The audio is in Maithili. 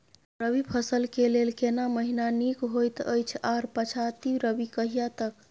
रबी फसल के लेल केना महीना नीक होयत अछि आर पछाति रबी कहिया तक?